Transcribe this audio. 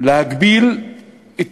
להגביל את